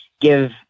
give